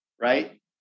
right